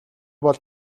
бол